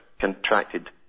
contracted